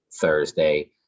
Thursday